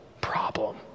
problem